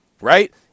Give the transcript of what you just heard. right